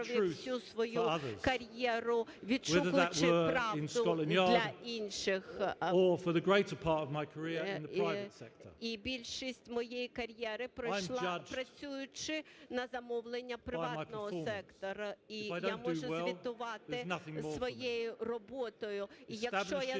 кар'єру відшукуючи правду для інших. І більшість моєї кар'єри пройшла працюючи на замовлення приватного сектору, і я можу звітувати своєю роботою.